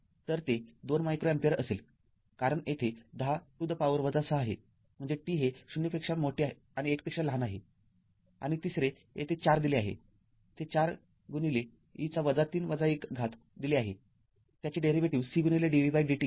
तर ते 2 micro ampere असेल कारण येथे १० to the power ६ आहे म्हणजे t हे ० पेक्षा मोठे आणि १ पेक्षा लहान आहे आणि तिसरे येथे ४ दिले आहे ते ४ e -t १ दिले आहेत्याचे डेरीवेटीव्ह C dvdt घ्या